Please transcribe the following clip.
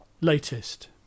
latest